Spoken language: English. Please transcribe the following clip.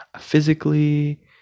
physically